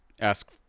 ask